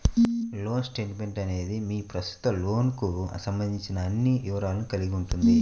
loan statement అనేది మీ ప్రస్తుత లోన్కు సంబంధించిన అన్ని వివరాలను కలిగి ఉంటుంది